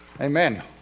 Amen